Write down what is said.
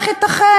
איך ייתכן?